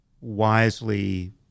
wisely